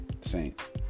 Saints